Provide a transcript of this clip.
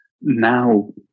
Now